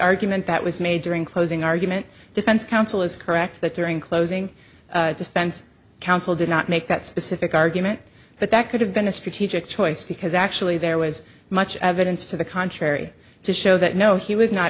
argument that was made during closing argument defense counsel is correct that during closing defense counsel did not make that specific argument but that could have been a strategic choice because actually there was much evidence to the contrary to show that no he was not